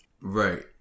Right